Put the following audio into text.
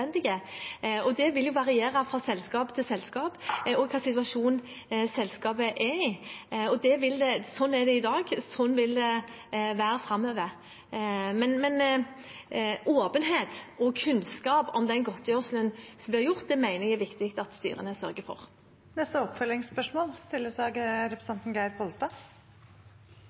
og det vil jo variere fra selskap til selskap og ut fra hvilken situasjon et selskap er i. Sånn er det i dag, sånn vil det være framover. Men åpenhet og kunnskap om den godtgjørelsen som blir gitt, mener jeg det er viktig at styrene sørger for. Geir Pollestad – til oppfølgingsspørsmål.